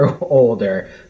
older